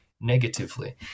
negatively